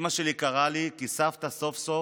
אימא שלי קראה לי, כי סבתא סוף-סוף